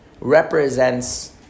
represents